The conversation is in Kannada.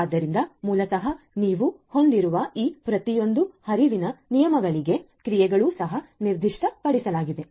ಆದ್ದರಿಂದ ಮೂಲತಃ ನೀವು ಹೊಂದಿರುವ ಈ ಪ್ರತಿಯೊಂದು ಹರಿವಿನ ನಿಯಮಗಳಿಗೆ ಕ್ರಿಯೆಗಳು ಸಹ ನಿರ್ದಿಷ್ಟಪಡಿಸಲಾಗಿದೆ